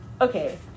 Okay